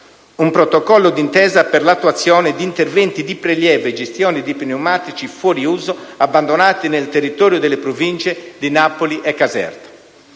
un protocollo d'intesa «per l'attuazione di interventi di prelievo e gestione di pneumatici fuori uso abbandonati nel territorio delle province di Napoli e Caserta».